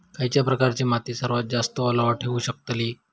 खयच्या प्रकारची माती सर्वात जास्त ओलावा ठेवू शकतली?